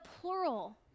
plural